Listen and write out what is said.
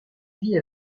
vit